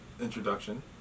Introduction